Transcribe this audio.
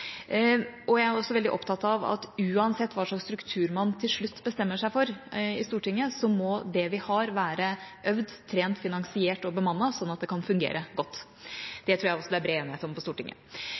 slutt bestemmer seg for i Stortinget, må det vi har, være øvd, trent, finansiert og bemannet, sånn at det kan fungere godt. Det tror jeg også det er bred enighet om på Stortinget.